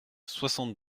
soixante